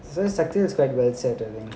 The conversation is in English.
service sector is quite well certainly